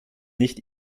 nicht